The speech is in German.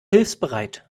hilfsbereit